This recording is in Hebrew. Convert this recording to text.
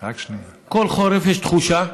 כל חורף, יש תחושה